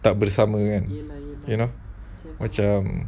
tak bersama okay lor macam